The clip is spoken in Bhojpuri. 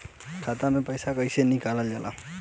खाता से पैसा कइसे निकालल जाला?